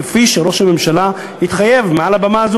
כפי שראש הממשלה התחייב מעל במה זו,